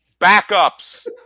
Backups